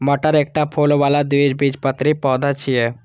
मटर एकटा फूल बला द्विबीजपत्री पौधा छियै